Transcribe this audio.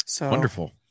Wonderful